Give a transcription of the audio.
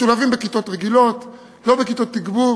והם משולבים בכיתות רגילות ולא בכיתות תגבור.